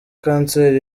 kanseri